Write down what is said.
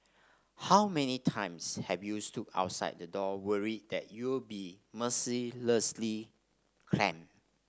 how many times have you stood outside the door worried that you'll be mercilessly clamped